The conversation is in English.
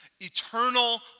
eternal